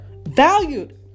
valued